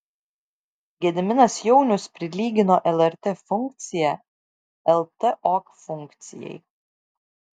gediminas jaunius prilygino lrt funkciją ltok funkcijai